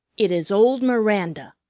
it is old miranda!